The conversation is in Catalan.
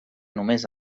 només